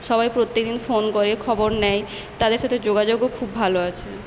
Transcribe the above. সবাই প্রত্যেকদিন ফোন করে খবর নেয় তাদের সাথে যোগাযোগও খুব ভালো আছে